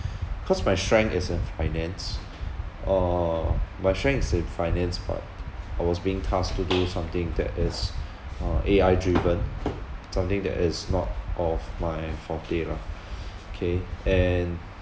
cause my strength is in finance uh my strength is in finance but I was being tasked to do something that is uh A_I driven something that is not of my forte ah K and